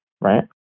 right